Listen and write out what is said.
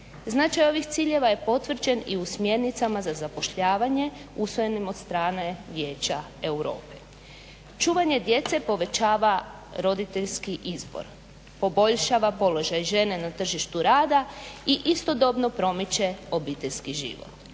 Značaj ovih ciljeva je potvrđen i u smjernicama za zapošljavanje usvojenim od strane Vijeća Europe. Čuvanje djece povećava roditeljski izbor, poboljšava položaj žene na tržištu rada i istodobno promiče obiteljski život.